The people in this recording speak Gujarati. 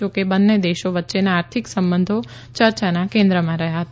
જોકે બંને દેશો વચ્ચેના આર્થિક સંબંધો ચર્ચાના કેન્દ્રમાં રહ્યા હતા